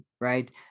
Right